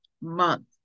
month